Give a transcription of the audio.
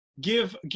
give